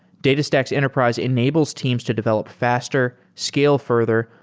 datastax enterprise enables teams to develop faster, scale further,